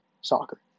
soccer